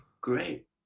great